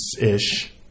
ish